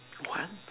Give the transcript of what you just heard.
what